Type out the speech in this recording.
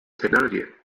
technology